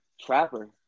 trapper